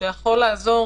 שיכל לעזור,